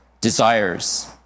desires